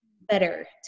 better